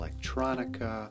electronica